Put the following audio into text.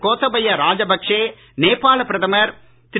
கோத்தபய்ய ராஜபக்சே நேபாளப் பிரதமர் திரு